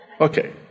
Okay